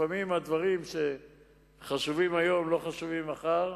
לפעמים הדברים שחשובים היום לא חשובים מחר,